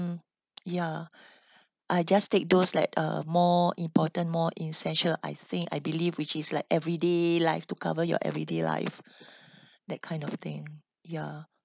mm ya I just take those like uh more important more essential I think I believe which is like everyday life to cover your everyday life that kind of thing ya